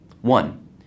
One